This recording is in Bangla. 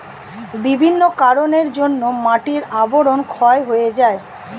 বিভিন্ন কারণের জন্যে মাটির আবরণ ক্ষয় হয়ে যায়